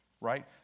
right